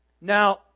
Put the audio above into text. Now